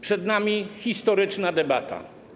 Przed nami historyczna debata.